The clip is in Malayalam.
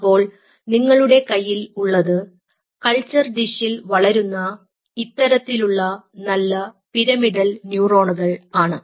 അപ്പോൾ നിങ്ങളുടെ കയ്യിൽ ഉള്ളത് കൾച്ചർ ഡിഷിൽ വളരുന്ന ഇത്തരത്തിലുള്ള നല്ല പിരമിഡൽ ന്യൂറോണുകൾ ആണ്